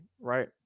right